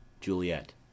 Juliet